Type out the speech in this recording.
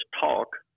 talk